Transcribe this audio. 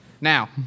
Now